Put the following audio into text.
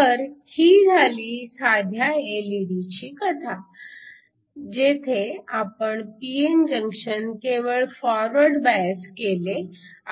तर ही झाली साध्या एलईडीची कथा जेथे आपण p n जंक्शन केवळ फॉरवर्ड बायस केले